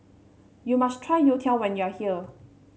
you must try Youtiao when you are here